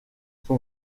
son